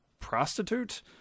prostitute